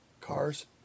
Cars